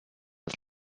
als